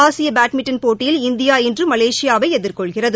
ஆசியபேட்மிண்டன் போட்டியில் இன்றுமலேசியாவைஎதிர்கொள்கிறது